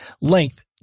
Length